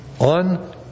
on